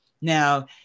Now